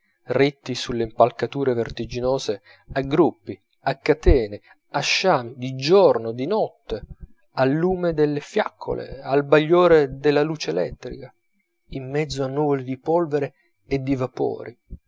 ritti sulle impalcature vertiginose a gruppi a catene a sciami di giorno di notte al lume delle fiaccole al bagliore della luce elettrica in mezzo a nuvoli di polvere e di vapori